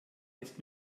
ist